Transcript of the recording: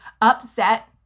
upset